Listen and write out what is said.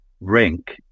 rink